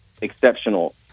exceptional